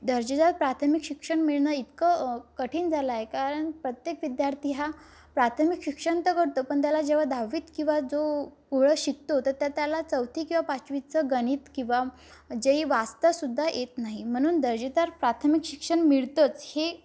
दर्जेदार प्राथमिक शिक्षण मिळणं इतकं कठीण झालंय कारन प्रत्येक विद्यार्थी हा प्राथमिक शिक्षण तर करतो पण त्याला जेव्हा दहावीत किंवा जो ग पुढं शिकतो तर त्या त्याला चौथी किंवा पाचवीचं गणित किंवा जे ही वाचतांसुद्धा येत नाही म्हणून दर्जेदार प्राथमिक शिक्षण मिळतंच हे